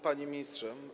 Panie Ministrze!